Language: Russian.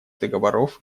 договоров